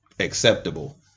acceptable